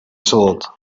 thought